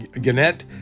Gannett